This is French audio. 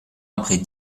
après